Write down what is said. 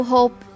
Hope